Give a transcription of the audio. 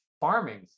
farming